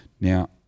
now